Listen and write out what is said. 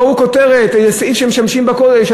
ראו כותרת של איזה סעיף של משמשים בקודש.